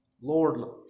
Lord